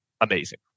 amazing